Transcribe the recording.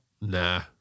Nah